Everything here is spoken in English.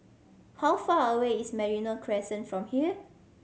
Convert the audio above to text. how far away is Merino Crescent from here